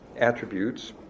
attributes